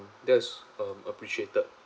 that's uh appreciated